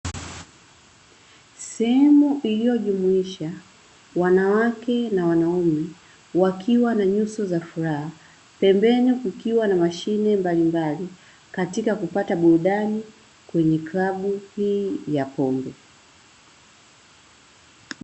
Sehemu iliyojumuisha wanawake na wanaume wakiwa na nyuso za furaha, pembeni kukiwa na mashine mbalimbali katika kupata burudani kwenye klabu hii ya pombe.